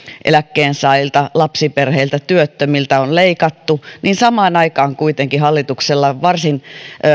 eläkkeensaajilta lapsiperheiltä työttömiltä on leikattu samaan aikaan kuitenkin hallituksella on varsin